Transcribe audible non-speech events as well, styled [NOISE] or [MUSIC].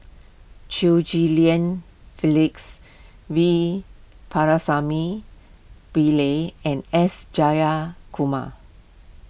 Chew Ghim Lian [UNINTELLIGIBLE] V Pakirisamy Pillai and S Jayakumar